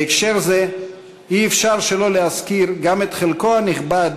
בהקשר זה אי-אפשר שלא להזכיר גם את חלקו הנכבד